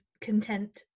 content